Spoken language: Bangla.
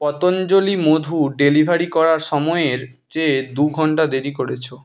পতঞ্জলি মধু ডেলিভারি করার সময়ের চেয়ে দুঘন্টা দেরি করেছ